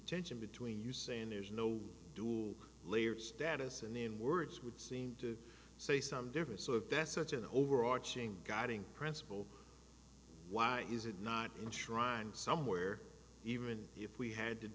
tension between you saying there's no due layers that is in the end words would seem to say some different sort of that's such an overarching guiding principle why is it not enshrined somewhere even if we had to